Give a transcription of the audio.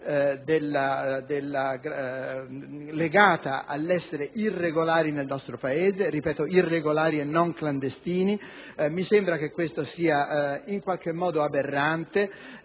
legata all'essere irregolari nel nostro Paese (ripeto, irregolari e non clandestini); mi sembra che questo sia in qualche modo aberrante.